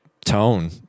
tone